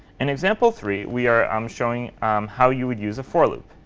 in example three, we are um showing how you would use a for loop.